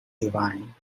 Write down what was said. divine